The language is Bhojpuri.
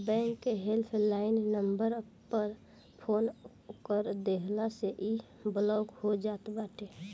बैंक के हेल्प लाइन नंबर पअ फोन कअ देहला से इ ब्लाक हो जात बाटे